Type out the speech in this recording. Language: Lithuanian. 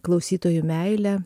klausytojų meilę